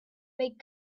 make